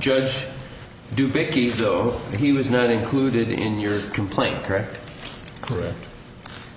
judge do big teeth though he was not included in your complaint correct correct